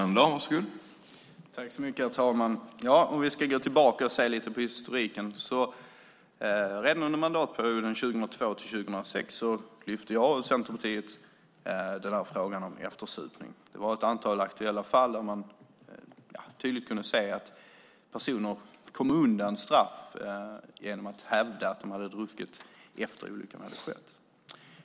Herr talman! Låt oss gå tillbaka och lite grann se på historien. Redan under mandatperioden 2002-2006 lyfte jag och Centerpartiet upp frågan om eftersupning. Det hade förekommit ett antal fall där man tydligt kunnat se att personer kommit undan straff genom att hävda att de druckit efter det att olyckan hade skett.